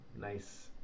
nice